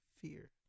fear